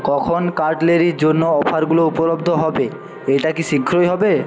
কখন কাটলারির জন্য অফারগুলো উপলব্ধ হবে এটা কি শীঘ্রই হবে